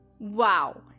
Wow